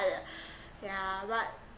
yeah but